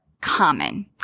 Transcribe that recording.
Common